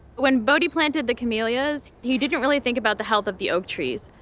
when boddy planted the camellias, he didn't really think about the health of the oak trees.